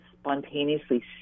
spontaneously